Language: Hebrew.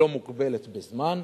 לא מוגבלת בזמן,